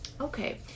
Okay